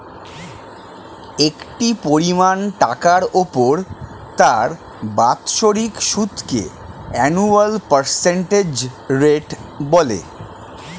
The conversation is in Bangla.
একটি পরিমাণ টাকার উপর তার বাৎসরিক সুদকে অ্যানুয়াল পার্সেন্টেজ রেট বলে